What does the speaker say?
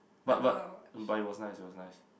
but but but it was nice it was nice